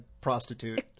prostitute